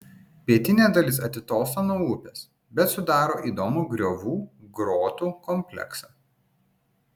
pietinė dalis atitolsta nuo upės bet sudaro įdomų griovų grotų kompleksą